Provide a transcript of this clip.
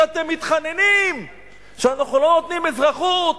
שאתם מתחננים שאנחנו לא נותנים אזרחות